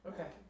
Okay